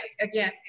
again